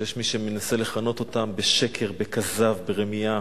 שיש מי שמנסה לכנות אותם בשקר, בכזב, ברמייה,